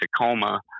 Tacoma